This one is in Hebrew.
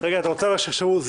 הלוואה